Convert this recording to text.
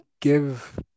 give